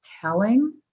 telling